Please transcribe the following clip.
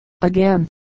again